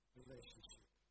relationship